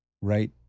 right